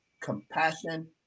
compassion